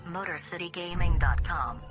MotorCityGaming.com